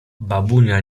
babunia